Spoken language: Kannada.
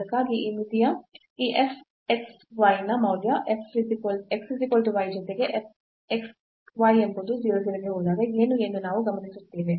ಅದಕ್ಕಾಗಿ ಈ ಮಿತಿಯ ಈ f xy ನ ಮೌಲ್ಯ x y ಜೊತೆಗೆ x y ಎಂಬುದು 0 0 ಗೆ ಹೋದಾಗ ಏನು ಎಂದು ನಾವು ಗಮನಿಸುತ್ತೇವೆ